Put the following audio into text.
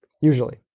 usually